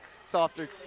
softer